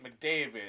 McDavid